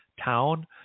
town